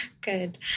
Good